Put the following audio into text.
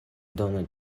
dono